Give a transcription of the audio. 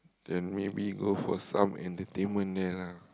then maybe go for some entertainment there lah